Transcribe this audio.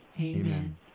Amen